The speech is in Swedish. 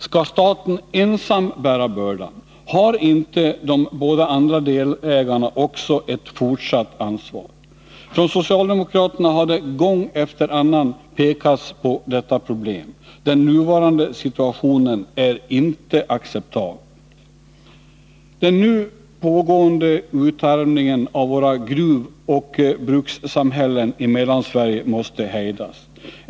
Skall staten ensam bära bördan? Har inte de båda andra delägarna också ett fortsatt ansvar? Vi socialdemokrater har gång efter annan pekat på detta problem. Den nuvarande situationen är icke acceptabel! Den pågående utarmningen av våra gruvoch brukssamhällen i Mellansverige måste hejdas.